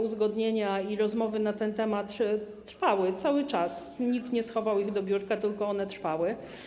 Uzgodnienia i rozmowy na ten temat trwały cały czas, nikt nie schował ich do biurka, tylko one trwały.